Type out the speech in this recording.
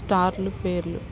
స్టార్లు పేర్లు